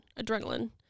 adrenaline